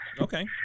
Okay